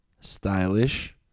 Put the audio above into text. stylish